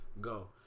go